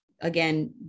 Again